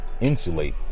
insulate